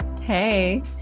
hey